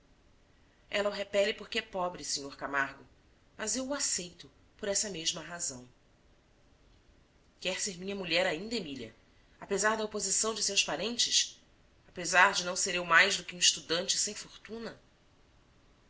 o repele porque é pobre senhor camargo mas eu o aceito por essa mesma razão quer ser minha mulher ainda emília apesar da oposição de seus parentes apesar de não ser eu mais do que um estudante sem fortuna